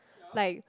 like